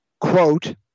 Quote